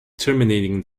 terminating